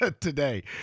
today